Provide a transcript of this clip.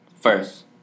first